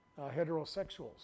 heterosexuals